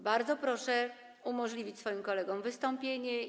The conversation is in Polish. Bardzo proszę umożliwić swoim kolegom wystąpienie.